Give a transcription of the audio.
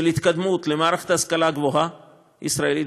של התקדמות למערכת ההשכלה הגבוהה הישראלית,